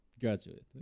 graduate